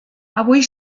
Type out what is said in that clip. avui